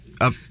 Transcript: Up